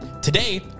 Today